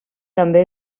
també